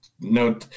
no